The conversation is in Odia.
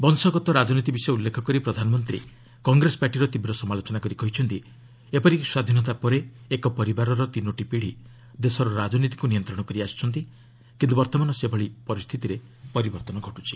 ବଂଶଗତ ରାଜନୀତି ବିଷୟ ଉଲ୍ଲେଖ କରି ପ୍ରଧାନମନ୍ତ୍ରୀ କଂଗ୍ରେସ ପାର୍ଟିର ତୀବ୍ର ସମାଲୋଚନା କରି କହିଛନ୍ତି ଏପରିକି ସ୍ୱାଧୀନତା ପରେ ଏକ ପରିବାରର ତିନୋଟି ପିଢ଼ି ଦେଶର ରାଜନୀତିକ୍ ନିୟନ୍ତ୍ରଣ କରିଆସିଛନ୍ତି କିନ୍ତୁ ବର୍ତ୍ତମାନ ସେ ପରିସ୍ଥିତିରେ ପରିବର୍ତ୍ତନ ହୋଇଛି